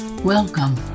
Welcome